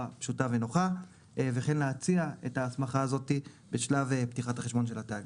פשוטה ונוחה וכן להציע את ההסמכה הזאת בשלב פתיחת החשבון של התאגיד.